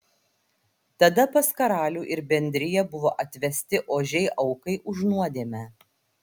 tada pas karalių ir bendriją buvo atvesti ožiai aukai už nuodėmę